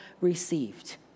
received